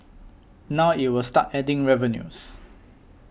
now it will start adding revenues